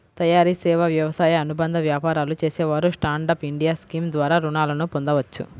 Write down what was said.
తయారీ, సేవా, వ్యవసాయ అనుబంధ వ్యాపారాలు చేసేవారు స్టాండ్ అప్ ఇండియా స్కీమ్ ద్వారా రుణాలను పొందవచ్చు